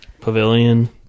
Pavilion